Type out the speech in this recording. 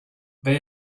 they